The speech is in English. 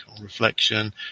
reflection